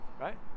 right